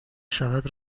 شود